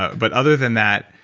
ah but other than that.